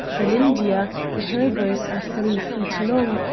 in india the httreburs are three feet long,